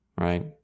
right